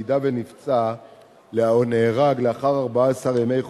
אם הוא נפצע או נהרג לאחר 14 ימי חופשה,